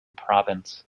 province